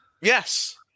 Yes